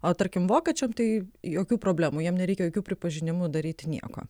o tarkim vokiečiam tai jokių problemų jiem nereikia jokių pripažinimų daryt nieko